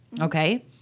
Okay